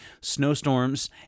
snowstorms